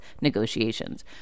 negotiations